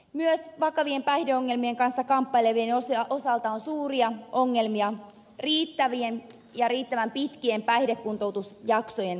myös vakavien päihdeongelmien kanssa kamppailevien osalta on suuria ongelmia riittävien ja riittävän pitkien päihdekuntoutusjaksojen saannissa